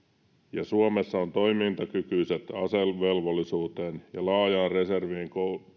ja suomessa on toimintakykyiset asevelvollisuuteen ja laajaan reserviin